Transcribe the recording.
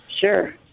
Sure